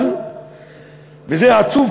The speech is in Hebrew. וזה עצוב,